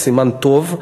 זה סימן טוב,